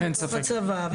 בצבא,